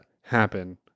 happen